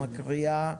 מקריאה,